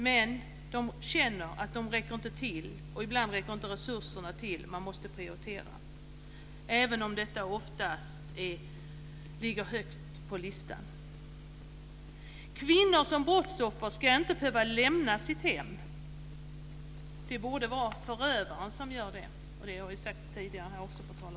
Men de känner att de inte räcker till, och ibland räcker inte resurserna till, utan man måste prioritera även om detta oftast ligger högt på listan. Kvinnor som brottsoffer ska inte behöva lämna sitt hem. Det borde vara förövaren som gör det, och det har vi sagt tidigare från talarstolen.